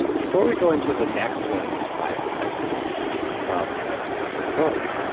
before we go into the next one of these five defenses from your book,